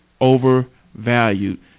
overvalued